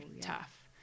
tough